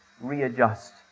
readjust